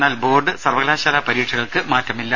എന്നാൽ ബോർഡ് സർവകലാശാലാ പരീക്ഷകൾക്ക് മാറ്റമില്ല